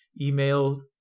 email